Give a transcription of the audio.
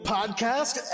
Podcast